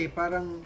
parang